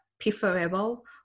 preferable